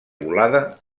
volada